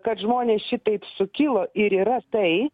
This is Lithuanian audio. kad žmonės šitaip sukilo ir yra tai